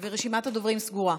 רשימת הדוברים סגורה.